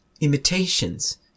imitations